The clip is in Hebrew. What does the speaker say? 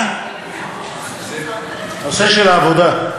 בנושא של העבודה.